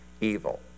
evil